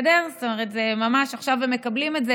ממש עכשיו הם מקבלים את זה,